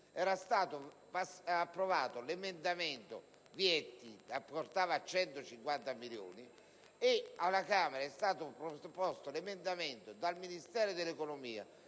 era stato approvato l'emendamento Vietti che portava a 150 milioni, ma poi è stato proposto l'emendamento dal Ministero dell'economia